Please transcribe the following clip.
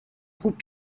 groupes